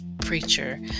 preacher